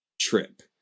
trip